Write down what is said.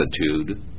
attitude